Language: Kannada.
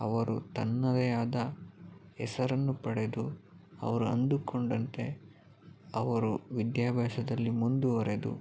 ಅವರು ತನ್ನದೇ ಆದ ಹೆಸರನ್ನು ಪಡೆದು ಅವರು ಅಂದುಕೊಂಡಂತೆ ಅವರು ವಿದ್ಯಾಭ್ಯಾಸದಲ್ಲಿ ಮುಂದುವರೆದು